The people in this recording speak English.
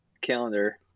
calendar